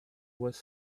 was